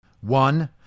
one